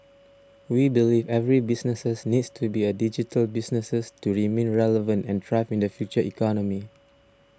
we believe every businesses needs to be a digital businesses to remain relevant and thrive in the future economy